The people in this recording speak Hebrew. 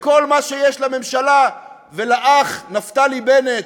וכל מה שיש לממשלה ולאח נפתלי בנט,